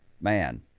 man